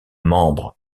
membres